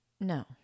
No